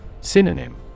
Synonym